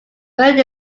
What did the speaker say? buried